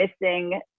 missing